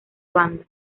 banda